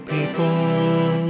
People